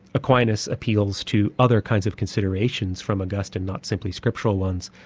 aquinas appeals to other kinds of considerations from augustine not simply scriptural ones,